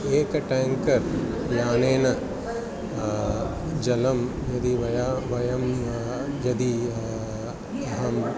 एकं टाङ्कर् यानेन जलं यदि वयं वयं यदि अहम्